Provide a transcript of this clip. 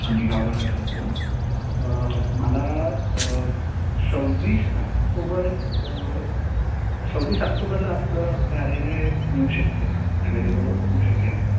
हां मी गावभागात राहतो मला सव्वीस आक्टोबर सव्वीस आक्तोबरला आपलं कार्यालय मिळू शकतं का ॲवेलेबल होऊ शकेल का